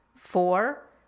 Four